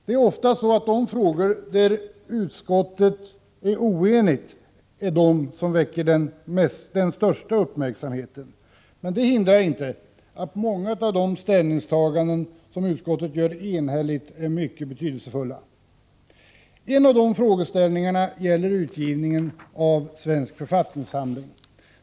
Det är ofta de frågor där utskottet är oenigt som väcker den största uppmärksamheten, men detta hindrar inte att många av de ställningstaganden som utskottet gör enhälligt är mycket betydelsefulla. En av de frågeställningarna gäller utgivningen av Svensk författningssamling.